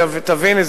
שתביני,